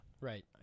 Right